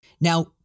Now